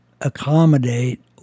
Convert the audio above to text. accommodate